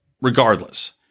regardless